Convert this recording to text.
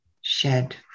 shed